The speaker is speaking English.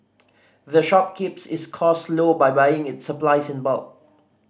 the shop keeps its cost low by buying its supplies in bulk